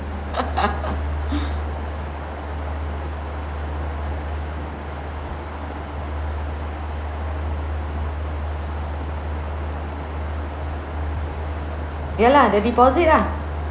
ya lah the deposit lah